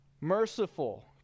Merciful